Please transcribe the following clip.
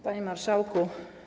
Panie Marszałku!